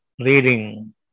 reading